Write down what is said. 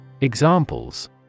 Examples